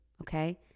okay